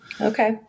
Okay